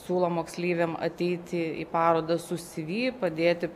siūlo moksleiviam ateiti į parodą su sivi padėti